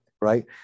right